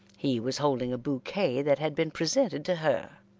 he was holding a bouquet that had been presented to her,